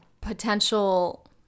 potential